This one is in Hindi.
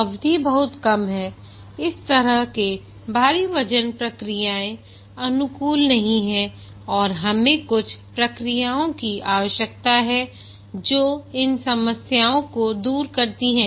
अवधि बहुत कम है इस तरह के भारी वजन प्रक्रियाएं अनुकूल नहीं हैं और हमें कुछ प्रक्रियाओं की आवश्यकता है जो इन समस्याओं को दूर करती हैं